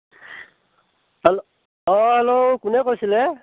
hello অ' hello কোনে কৈছিলে